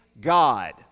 God